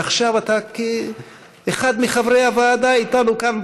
ועכשיו אתה כאחד מחברי הוועדה איתנו כאן,